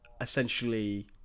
essentially